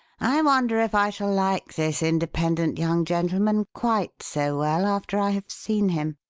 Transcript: i wonder if i shall like this independent young gentleman quite so well after i have seen him.